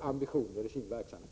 ambitioner i sin verksamhet.